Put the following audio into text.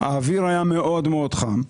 והאוויר היה מאוד מאוד חם.